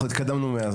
אנחנו התקדמנו מאז.